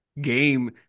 game